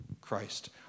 Christ